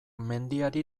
mendiari